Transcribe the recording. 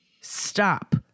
Stop